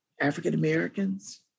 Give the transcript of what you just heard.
African-Americans